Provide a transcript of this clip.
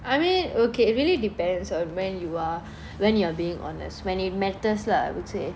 I mean okay it really depends on when you are when you are being honest when it matters lah I would say